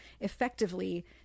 effectively